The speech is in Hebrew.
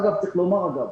אגב,